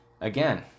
again